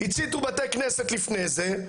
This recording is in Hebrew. הציתו בתי כנסת לפני זה,